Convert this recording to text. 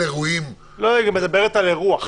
היא מדברת גם על אירוח,